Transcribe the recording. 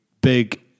big